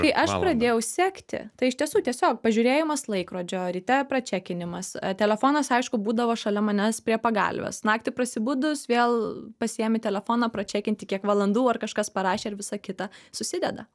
kai aš pradėjau sekti tai iš tiesų tiesiog pažiūrėjimas laikrodžio ryte pračekinimas telefonas aišku būdavo šalia manęs prie pagalvės naktį prasibudus vėl pasiiemi telefoną pračnekinti kiek valandų ar kažkas parašė ir visa kita susideda